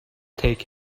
take